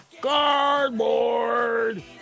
cardboard